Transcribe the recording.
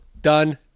done